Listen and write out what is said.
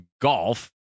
golf